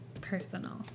personal